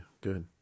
good